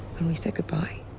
when we said goodbye?